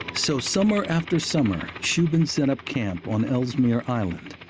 so, summer after summer, shubin set up camp on ellesmere island,